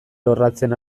lorratzen